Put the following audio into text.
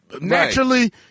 naturally